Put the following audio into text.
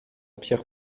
pierre